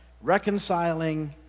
reconciling